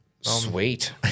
Sweet